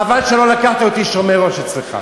חבל שלא לקחת אותי שומר-ראש אצלך.